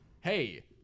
Hey